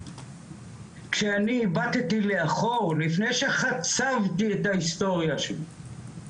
כשאני הבטתי לאחור לפני שחצבתי את ההיסטוריה שלי,